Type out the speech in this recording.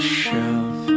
shelf